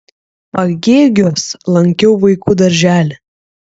pagėgiuos lankiau vaikų darželį